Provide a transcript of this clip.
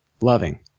loving